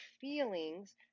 feelings